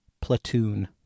Platoon